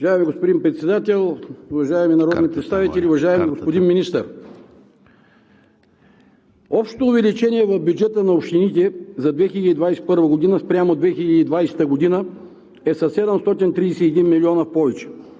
Общото увеличение в бюджета на общините за 2021 г. спрямо 2020 г. е със 731 млн. лв. повече.